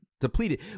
depleted